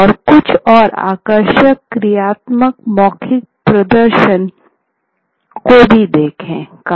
और कुछ और आकर्षक क्रियात्मक मौखिक प्रदर्शन को भी देखे